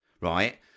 right